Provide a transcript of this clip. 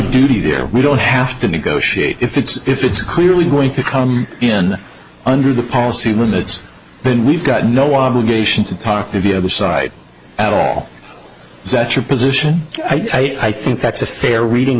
duty there we don't have to negotiate if it's if it's clearly going to come in under the policy when it's been we've got no obligation to talk to be able side at all that your position i think that's a fair reading